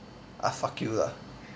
uh fuck you lah